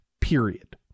period